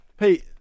Pete